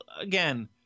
again